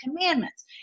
commandments